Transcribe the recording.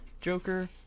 Joker